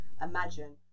imagine